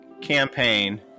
campaign